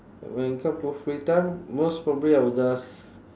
when come to free time most probably I will just